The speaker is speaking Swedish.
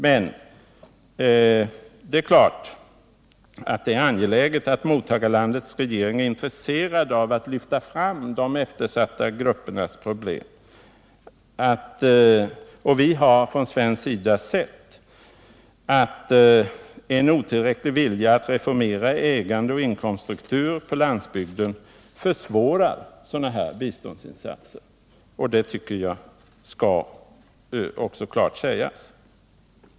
Men det är klart att det är angeläget att mottagarlandets regering är intresserad av att lyfta fram de eftersatta gruppernas problem. Vi har på svensk sida sett att en otillräcklig vilja att reformera ägandeeller inkomststrukturen på landsbygden försvårar sådana biståndsinsatser, och det tycker jag också skall klart sägas.